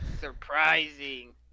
surprising